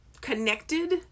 connected